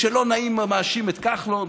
כשלא נעים מאשים את כחלון,